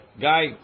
guy